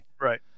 Right